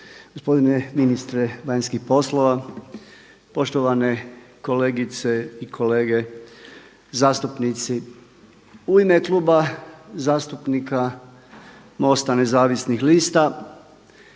gospodine ministre vanjskih poslova, poštovane kolegice i kolege zastupnici. U ime Kluba zastupnika MOST-a Nezavisnih lista